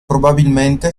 probabilmente